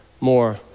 more